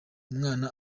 umwana